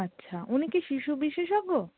আচ্ছা উনি কি শিশু বিশেষজ্ঞ